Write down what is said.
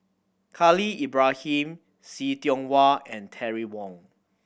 Khalil Ibrahim See Tiong Wah and Terry Wong